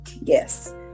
yes